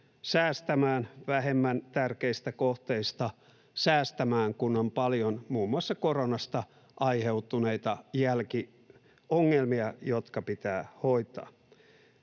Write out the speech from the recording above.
mistään vähemmän tärkeistä kohteista, kun on paljon muun muassa koronasta aiheutuneita jälkiongelmia, jotka pitää hoitaa.